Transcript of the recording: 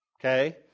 Okay